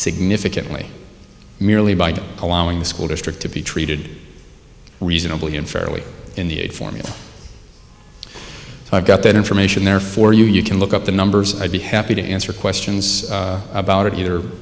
significantly merely by allowing the school district to be treated reasonably and fairly in the formula so i've got that information there for you you can look up the numbers and i'd be happy to answer questions about it either